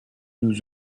nous